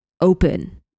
open